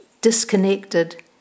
disconnected